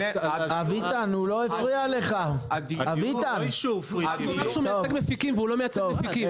הוא אמר שהוא מייצג מפיקים אבל הוא לא מייצג מפיקים.